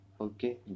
Okay